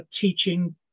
teaching